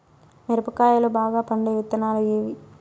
మిరప కాయలు బాగా పండే విత్తనాలు ఏవి